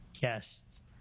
guests